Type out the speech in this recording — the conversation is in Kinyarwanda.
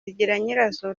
zigiranyirazo